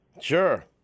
sure